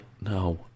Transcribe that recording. no